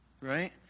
Right